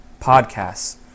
podcasts